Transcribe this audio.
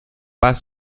pas